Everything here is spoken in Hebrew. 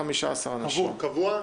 קבוע?